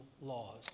laws